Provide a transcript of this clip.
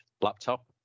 laptop